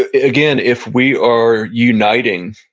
ah again, if we are uniting.